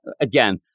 again